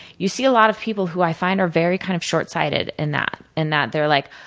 you see a lot of people, who i find, are very kind of short-sighted in that. in that they're like,